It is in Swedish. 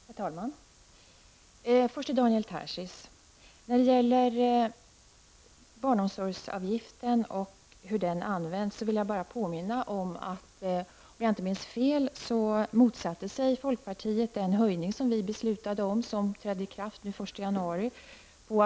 Herr talman! Först några ord till Daniel Tarschys. När det gäller barnomsorgsavgiften och hur den används vill jag bara påminna om att folkpartiet, om jag inte minns fel, motsatte sig den höjning som vi beslutade om och som trädde i kraft den 1 januari i år.